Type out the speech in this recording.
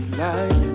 light